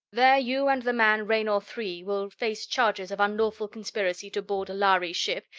there you and the man raynor three will face charges of unlawful conspiracy to board a lhari ship,